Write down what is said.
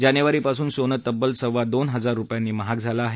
जानेवारीपासून सोनं तब्बल सव्वा दोन हजार रुपयांनी महाग झालं आहे